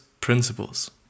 principles